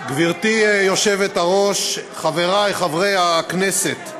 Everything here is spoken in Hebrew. גברתי היושבת-ראש, חברי חברי הכנסת,